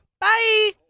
Bye